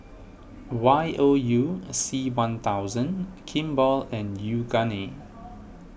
Y O U C one thousand Kimball and Yoogane